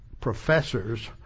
professors